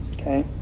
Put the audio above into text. Okay